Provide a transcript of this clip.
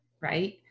right